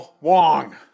Wong